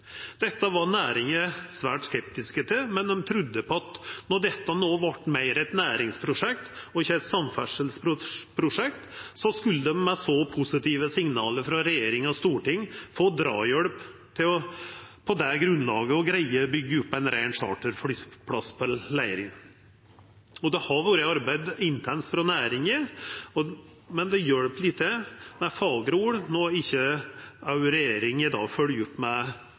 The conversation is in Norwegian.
Dette var næringa svært skeptisk til, men ein trudde at når dette no vart meir eit næringsprosjekt, og ikkje eit samferdsleprosjekt, skulle ein – med så positive signal frå regjering og storting – få drahjelp til å greia å byggja opp ein rein charterflyplass på Leirin på dette grunnlaget. Det har vore arbeidd intenst frå næringa, men det hjelper lite med fagre ord når ikkje også regjeringa følgjer opp med